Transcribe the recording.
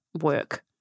work